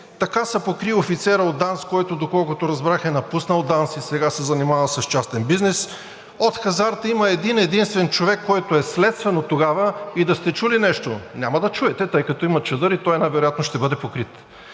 Така се покри и офицерът от ДАНС, който, доколкото разбрах, е напуснал ДАНС и сега се занимава с частен бизнес. От хазарта има един-единствен човек, който е следствен оттогава, и да сте чули нещо? Няма да чуете, тъй като има чадър и той най-вероятно ще бъде покрит.